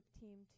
team